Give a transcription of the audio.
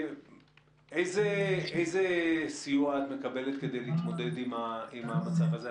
איזה סיוע את מקבלת כדי להתמודד עם המצב הזה?